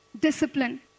discipline